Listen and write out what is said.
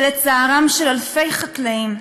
ולצערם של אלפי חקלאים,